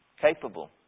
capable